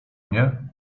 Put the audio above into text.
mnie